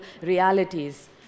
realities